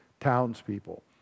townspeople